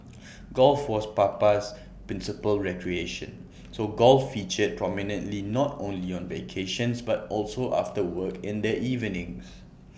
golf was Papa's principal recreation so golf featured prominently not only on vacations but also after work in the evenings